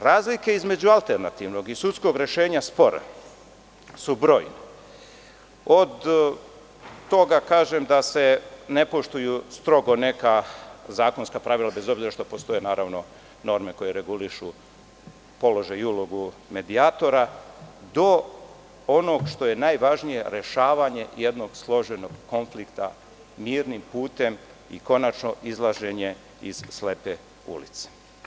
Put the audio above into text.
Razlike između alternativnog i sudskog rešenja spora su brojne, od toga da se ne poštuju neka strogo zakonska pravila, bez obzira što postoje norme koje regulišu položaj i ulogu medijatora, do onog što je najvažnije – rešavanje jednog složenog konflikta mirnim putem i konačno izlaženje iz slepe ulice.